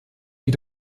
wie